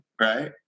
right